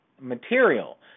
material